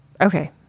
okay